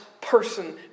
person